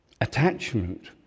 attachment